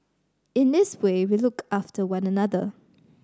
in this way we look after one another